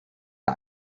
der